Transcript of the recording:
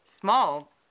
small